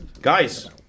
Guys